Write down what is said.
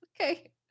Okay